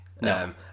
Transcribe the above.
No